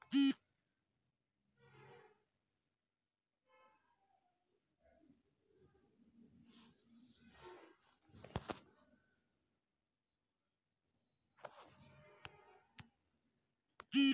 పంట ఉత్పత్తులలో ఎంత శాతం తేమ ఉంటే కోల్డ్ స్టోరేజ్ లో పెట్టొచ్చు? ఎంతకాలం వరకు ఉంటుంది